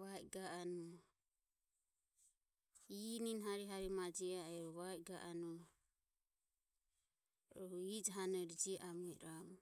va i ga anue inin hari hari mae jio a e va e ga anue rue ijo hanore jio amo i ramu.